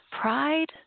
pride